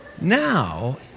Now